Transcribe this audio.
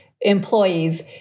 employees